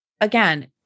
again